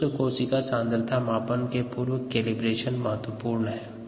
शुष्क कोशिका सांद्रता मापन के पूर्व केलिब्रेशन कर्व महत्वपूर्ण है